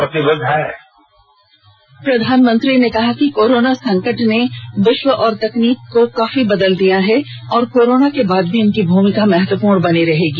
प्रधानमंत्री ने कहा कि कोरोना संकट ने विश्व और तकनीक को काफी बदल दिया है और कोरोना के बाद भी इनकी भूमिका महत्वपूर्ण बनी रहेगी